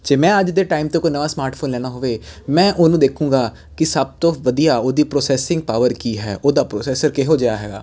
ਜੇ ਮੈਂ ਅੱਜ ਦੇ ਟਾਈਮ 'ਤੇ ਕੋਈ ਨਾ ਸਮਾਰਟਫੋਨ ਲੈਣਾ ਹੋਵੇ ਮੈਂ ਉਹਨੂੰ ਦੇਖਾਂਗਾ ਕਿ ਸਭ ਤੋਂ ਵਧੀਆ ਉਹਦੀ ਪ੍ਰੋਸੈਸਿੰਗ ਪਾਵਰ ਕੀ ਹੈ ਉਹਦਾ ਪ੍ਰੋਸੈਸਰ ਕਿਹੋ ਜਿਹਾ ਹੈਗਾ